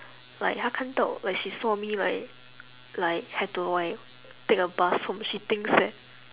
like 她看到 like she saw me like like had to like take a bus home she thinks that